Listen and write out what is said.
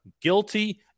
guilty